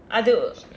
அது:athu